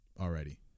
already